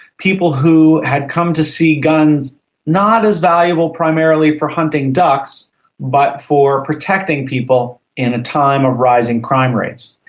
people who had come to see guns not as valuable primarily for hunting ducks but for protecting people in a time of rising crime rates.